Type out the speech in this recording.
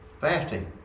Fasting